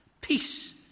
Peace